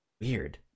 weird